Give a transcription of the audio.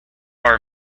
are